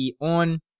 on